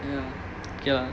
ya K lah